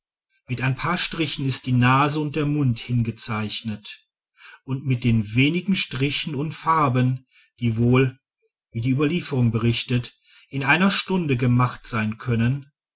mit ein paar strichen ist die nase und der mund hineingezeichnet und mit den wenigen strichen und farben die wohl wie die überlieferung berichtet in einer stunde gemacht sein können